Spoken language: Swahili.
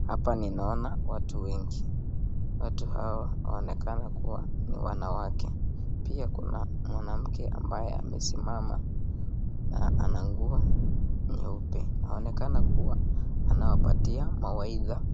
Hapa ninaona watu wengi. Watu hawa wanaonekana kuwa ni wanawake. Pia kuna mwanamke ambaye amesimama ana nguo nyeupe. Anaonekana kuwa anawapatia mawaidha